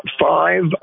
five